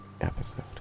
episode